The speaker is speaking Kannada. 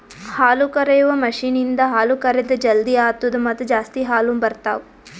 ಹಾಲುಕರೆಯುವ ಮಷೀನ್ ಇಂದ ಹಾಲು ಕರೆದ್ ಜಲ್ದಿ ಆತ್ತುದ ಮತ್ತ ಜಾಸ್ತಿ ಹಾಲು ಬರ್ತಾವ